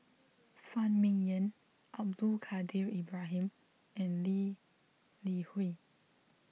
Phan Ming Yen Abdul Kadir Ibrahim and Lee Li Hui